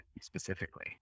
specifically